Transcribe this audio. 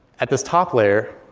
at this top layer,